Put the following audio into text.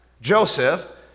Joseph